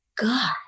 God